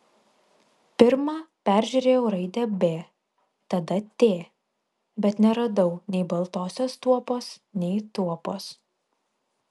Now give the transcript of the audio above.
pirma peržiūrėjau raidę b tada t bet neradau nei baltosios tuopos nei tuopos